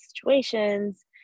situations